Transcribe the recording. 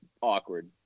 awkward